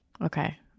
Okay